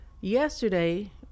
yesterday